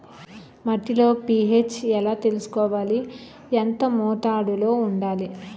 మట్టిలో పీ.హెచ్ ఎలా తెలుసుకోవాలి? ఎంత మోతాదులో వుండాలి?